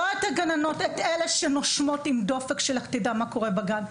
לא את אלה שנושמות עם דופק ולך תדע מה קורה בגן.